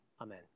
Amen